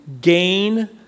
gain